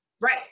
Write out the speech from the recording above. Right